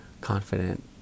confident